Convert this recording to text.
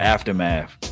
Aftermath